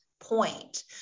point